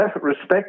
Respect